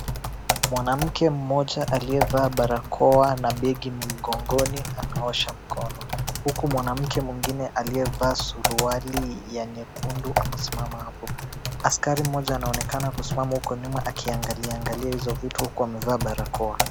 Mwanamke mmoja aliyevaa barakoa na begi mgongoni anaosha mkono huku mwanamke mwingine aliyevaa suruali ya nyekundu amesimama hapo. Askari mmoja anaonekana kusimama uko nyuma akiangalia angalia hizo vitu uku amevaa barakoa.